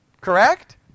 Correct